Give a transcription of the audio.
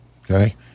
okay